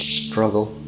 struggle